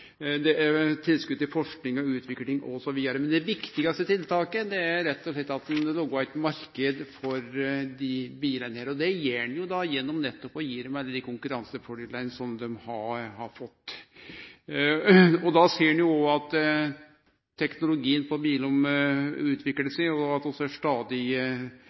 det er tilskot til forsking og utvikling osv. Det viktigaste tiltaket er rett og slett at ein lagar ein marknad for desse bilane. Det gjer ein gjennom nettopp å gi dei ein slik konkurransefordel som dei har fått. Da ser ein også at teknologien på bilane utviklar seg, og at vi får stadig